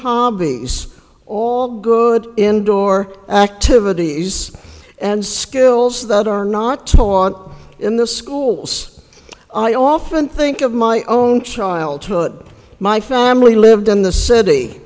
hobbies all good indoor activities and skills that are not taught in the schools i often think of my own childhood my family lived in the city